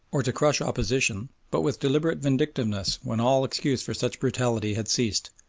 or to crush opposition, but with deliberate vindictiveness when all excuse for such brutality had ceased.